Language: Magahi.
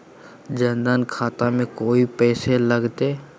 जन धन लाभ खाता में कोइ पैसों लगते?